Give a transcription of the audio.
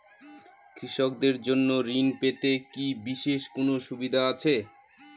কৃষকদের জন্য ঋণ পেতে কি বিশেষ কোনো সুবিধা আছে?